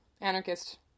anarchist